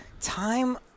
Time